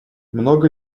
много